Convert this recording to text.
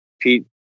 Pete